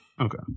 Okay